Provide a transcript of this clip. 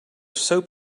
soap